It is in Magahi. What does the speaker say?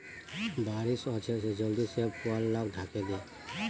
बारिश ओशो छे जल्दी से पुवाल लाक ढके दे